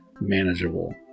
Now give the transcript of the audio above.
manageable